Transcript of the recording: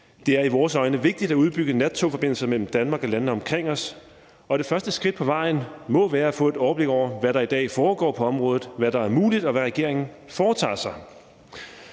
Det er i vores øjne vigtigt at udbygge nattogforbindelser mellem Danmark og landene omkring os, og det første skridt på vejen må være at få et overblik over, hvad der i dag foregår på området, hvad der er muligt, og hvad regeringen foretager sig.